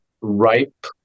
ripe